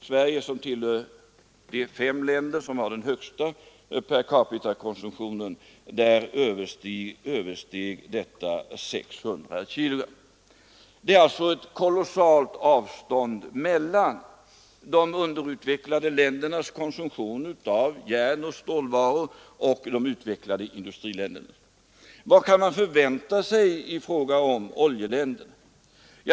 Sverige tillhör de fem länder som har den högsta percapitakonsumtionen, och här översteg denna konsumtion 600 kg. Det är alltså ett kolossalt avstånd mellan de underutvecklade ländernas konsumtion av järnoch stålvaror och de utvecklade industriländernas. Vad kan man förvänta sig i fråga om oljeländerna?